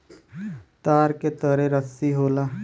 तार के तरे रस्सी होला